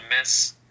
miss